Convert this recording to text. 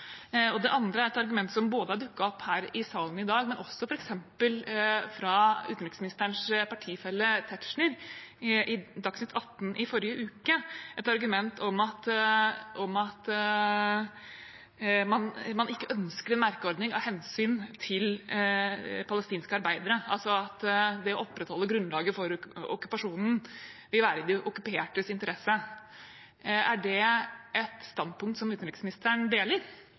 Det andre er et argument som har dukket opp både her i salen i dag og fra f.eks. utenriksministerens partifelle Tetzschner i Dagsnytt 18 i forrige uke, et argument om at man ikke ønsker en merkeordning av hensyn til palestinske arbeidere, altså at det å opprettholde grunnlaget for okkupasjonen vil være i de okkupertes interesse. Er det et standpunkt som utenriksministeren deler?